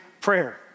prayer